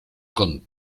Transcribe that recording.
con